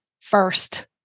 first